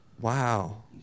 Wow